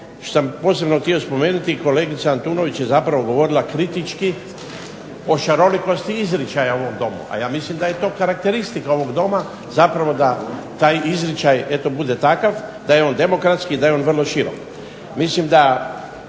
što sam posebno htio spomenuti, kolegica Antunović je zapravo govorila kritički, o šarolikosti izričaja u ovom Domu, a ja mislim da je to karakteristika ovog Doma zapravo da taj izričaj eto bude takav, da je on demokratski, da je on vrlo širok. Mislim da